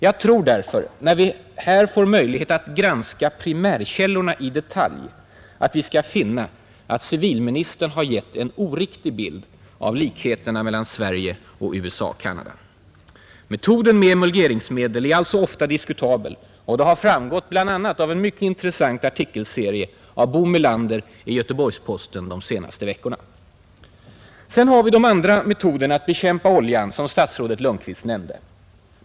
Jag tror därför, när vi får möjlighet att granska primärkällorna i detalj, att vi ska finna att civilministern har givit en oriktig bild av likheterna mellan Sverige och USA-Canada. Metoden med emulgeringsmedel är alltså ofta diskutabel. Det har framgått bl.a. av en mycket intressant artikelserie av Bo Melander i Göteborgs-Posten de senaste veckorna. Sedan har vi de andra metoderna att bekämpa oljan, som statsrådet Lundkvist nämnde.